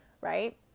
right